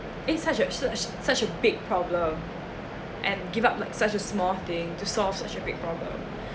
eh such a such such a big problem and and give up like such a small thing to solve such a big problem